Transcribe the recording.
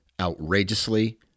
outrageously